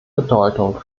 bedeutung